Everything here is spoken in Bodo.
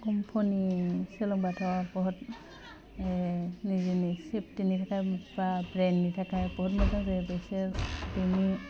कम्प'नि सोलोंबाथ' बुहुत ओह जोंनि सेफटिनि थाखाय बा ब्रेननि थाखाय बुहुत मोजां जायो बेसोर ब्रेनि